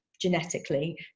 genetically